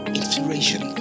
inspiration